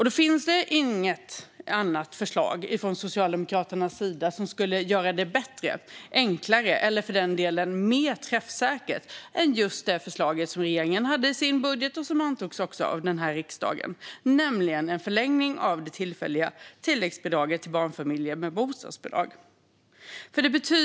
Det finns inget annat förslag från Socialdemokraterna som skulle göra det bättre, enklare eller för den delen mer träffsäkert än just det förslag som regeringen lade fram i budgeten och som antogs av riksdagen. Det handlar om en förlängning av det tillfälliga tilläggsbidraget till barnfamiljer med bostadsbidrag.